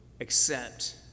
Accept